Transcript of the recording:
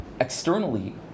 externally